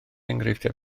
enghreifftiau